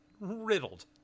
Riddled